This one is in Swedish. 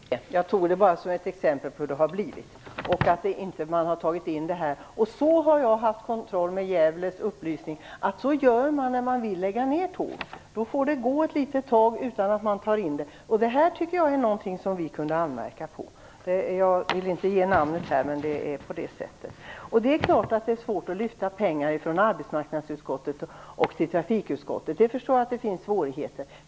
Herr talman! Jag vet. Jag tog bara upp ett exempel på hur det har blivit. Jag har kontrollerat med upplysningen i Gävle att man gör så här när man vill lägga ner tåg. Det är någonting som vi skulle kunna anmärka på. Jag vill inte nämna något namn här, men så är det. Det är klart att det är svårt att lyfta pengar från arbetsmarknadsutskottet till trafikutskottet. Jag förstår att det finns svårigheter.